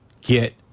get